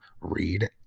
read